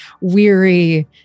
weary